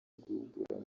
guhugura